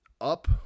up